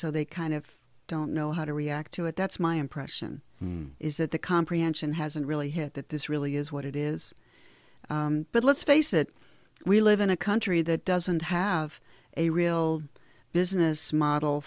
so they kind of don't know how to react to it that's my impression is that the comprehension hasn't really hit that this really is what it is but let's face it we live in a country that doesn't have a real business model